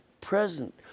present